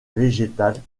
végétales